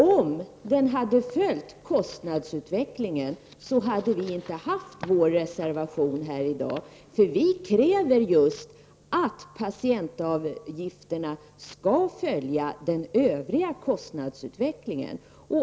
Om patientavgifterna hade följt kostnadsutvecklingen, hade vi inte haft vår reservation här i dag, för vi kräver just att patientavgifterna skall följa den övriga kostnadsutvecklingen.